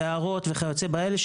יערות וכיוצא באלה.